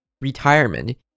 retirement